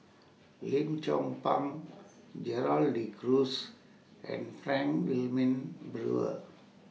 Lim Chong Pang Gerald De Cruz and Frank Wilmin Brewer